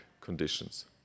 conditions